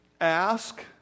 Ask